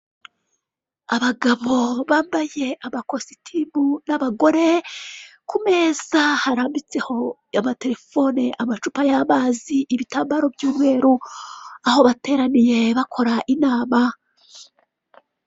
Abagabo bambaye amakositimu n'abagore, ku meza harambitseho amaterefone, amacupa y'amazi, ibitambaro by'umweru. Aho bateraniye bakora inama.